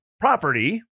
property